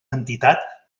entitat